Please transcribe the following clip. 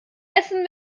essen